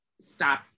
stop